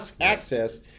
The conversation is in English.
access